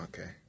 okay